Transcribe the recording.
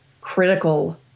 critical